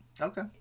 Okay